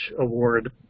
award